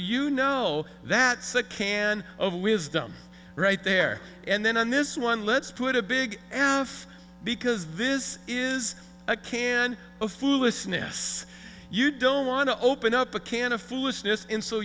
you know that said can of wisdom right there and then on this one let's put a big af because this is a can of food a sniffs you don't want to open up a can of foolishness in so